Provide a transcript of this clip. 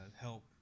help